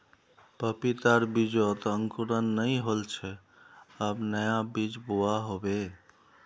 पपीतार बीजत अंकुरण नइ होल छे अब नया बीज बोवा होबे